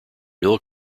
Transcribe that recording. bill